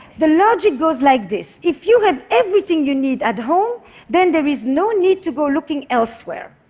the logic goes like this if you have everything you need at home then there is no need to go looking elsewhere,